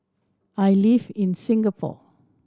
I live in Singapore